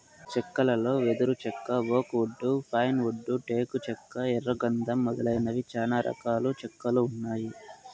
చెక్కలలో వెదురు చెక్క, ఓక్ వుడ్, పైన్ వుడ్, టేకు చెక్క, ఎర్ర గందం మొదలైనవి చానా రకాల చెక్కలు ఉన్నాయి